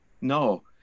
No